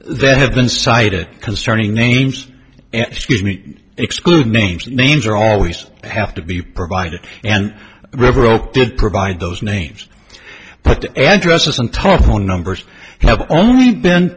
they have been cited concerning names and exclude names and names are always have to be provided and river oaks did provide those names but addresses and telephone numbers have only been